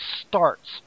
starts